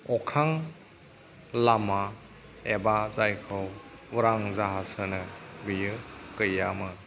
अख्रां लामा एबा जायखौ उरां जाहाज होनो बेयो गैयामोन